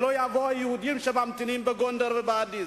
שלא יבואו היהודים שממתינים בגונדר ובאדיס.